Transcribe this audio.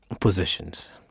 positions